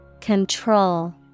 Control